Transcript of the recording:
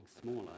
smaller